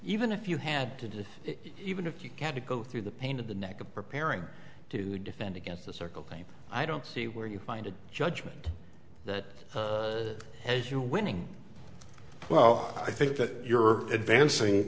even if you had to do it even if you can't go through the pain of the neck of preparing to defend against the circle thing i don't see where you find a judgement that as your winning well i think that you're advancing